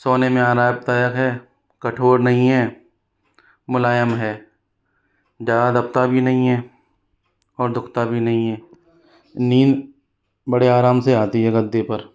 सोने में आरामदायक है कठोर नहीं है मुलायम है ज़्यादा दबता भी नहीं है और दुखता भी नहीं है नींद बड़े आराम से आती है गद्दे पर